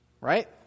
Right